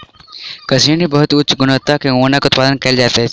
कश्मीर मे बहुत उच्च गुणवत्ता के ऊनक उत्पादन कयल जाइत अछि